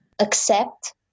Accept